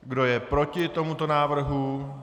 Kdo je proti tomuto návrhu?